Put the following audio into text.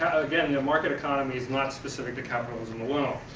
again, the market economy is not specific to capitalism alone.